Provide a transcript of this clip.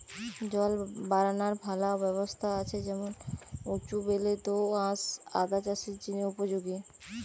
জল বারানার ভালা ব্যবস্থা আছে এমন উঁচু বেলে দো আঁশ আদা চাষের জিনে উপযোগী